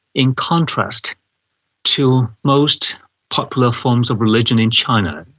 in contrast to most popular forms of religion in china.